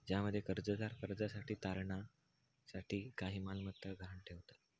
ज्यामध्ये कर्जदार कर्जासाठी तारणा साठी काही मालमत्ता गहाण ठेवता